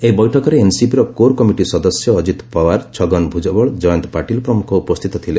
ଏହି ବୈଠକରେ ଏନ୍ସିପିର କୋର କମିଟି ସଦସ୍ୟ ଅଜିତ ପୱାର ଛଗନ ଭୂଜବଳ ଜୟନ୍ତ ପାଟିଲ ପ୍ରମୁଖ ଉପସ୍ଥିତ ଥିଲେ